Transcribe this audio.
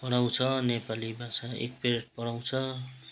पढाउँछ नेपालीमा छ एक पिरियड पढाउँछ